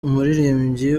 umuririmbyi